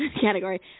category